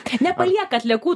nepalieka atliekų